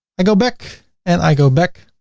i go back and i go back,